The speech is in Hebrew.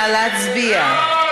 נא להצביע.